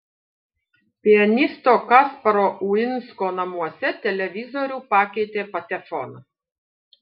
pianisto kasparo uinsko namuose televizorių pakeitė patefonas